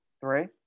Three